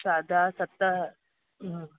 साढा सत